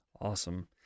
Awesome